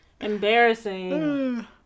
Embarrassing